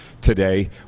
today